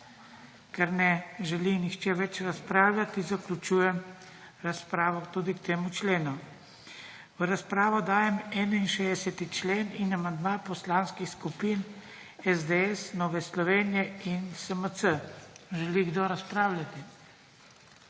Ker ne želi nihče več razpravljati, zaključujem razpravo tudi k temu členu. V razpravo dajem 61. člen in amandma Poslanskih skupin SDS, Nove Slovenije in SMC. Želi kdo razpravljati?